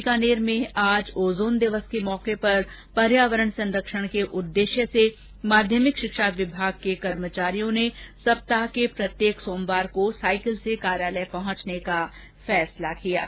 बीकानेर में आज ओजोन दिवस के मौके पर पर्यावरण संरक्षण के उदेश्य को लेकर माध्यमिक शिक्षा विभाग के कर्मचारियों ने सप्ताह के प्रत्येक सोमवार को साइकिल से कार्यालय पहुंचने का फैसला किया है